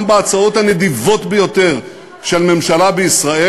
גם בהצעות הנדיבות ביותר של ממשלה בישראל,